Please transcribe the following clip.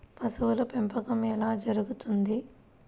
పశువుల పెంపకం ఎలా జరుగుతుంది?